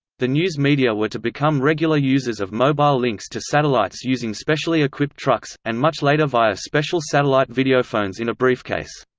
the news media were to become regular users of mobile links to satellites using specially equipped trucks, and much later via special satellite videophones in a briefcase.